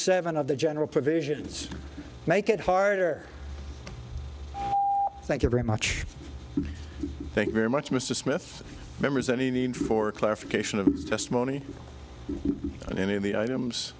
seven of the general provisions make it harder thank you very much thanks very much mr smith members any need for clarification of testimony on any of the items